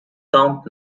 count